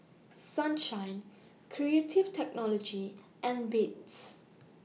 Sunshine Creative Technology and Beats